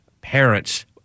Parents